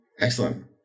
Excellent